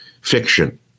fiction